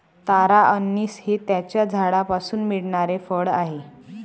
तारा अंनिस हे त्याच्या झाडापासून मिळणारे फळ आहे